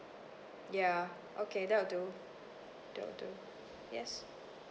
ya okay that will do that will do yes